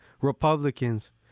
Republicans